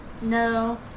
No